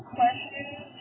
questions